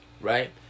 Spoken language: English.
Right